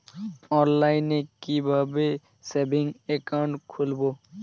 অনলাইনে কিভাবে savings account খুলবো?